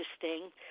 interesting